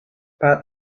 pak